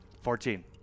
Fourteen